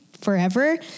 forever